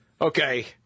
Okay